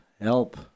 help